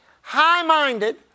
high-minded